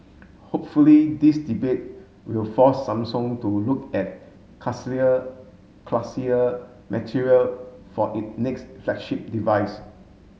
hopefully this debate will force Samsung to look at classier material for it next flagship device